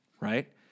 right